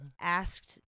asked